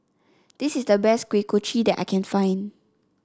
this is the best Kuih Kochi that I can find